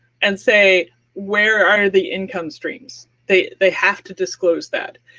and say where are the income streams? they they have to disclose that.